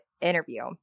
interview